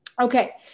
Okay